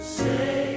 say